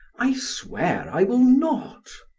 i swear i will not.